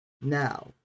Now